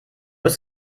ist